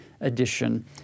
edition